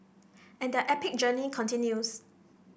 and their epic journey continues